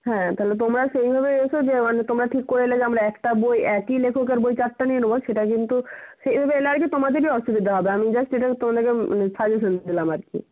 হ্যাঁ তাহলে তোমরা সেইভাবে এসো যে মানে তোমরা ঠিক করে এলে যে আমরা একটা বই একই লেখকের বই চারটে নিয়ে নেব সেটা কিন্তু সেইভাবে এলে আর কি তোমাদেরই অসুবিধা হবে আমি জাস্ট এটা তোমাদেরকে মানে সাজেশান দিলাম আর কি